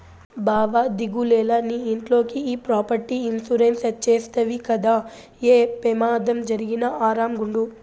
బావా దిగులేల, నీ ఇంట్లోకి ఈ ప్రాపర్టీ ఇన్సూరెన్స్ చేస్తవి గదా, ఏ పెమాదం జరిగినా ఆరామ్ గుండు